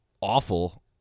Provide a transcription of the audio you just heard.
awful